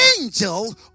angel